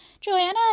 Joanna